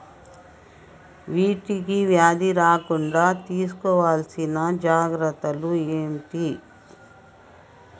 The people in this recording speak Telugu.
వీటికి వ్యాధి రాకుండా తీసుకోవాల్సిన జాగ్రత్తలు ఏంటియి?